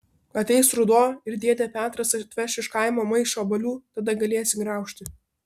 ateis ruduo ir dėdė petras atveš iš kaimo maišą obuolių tada galėsi graužti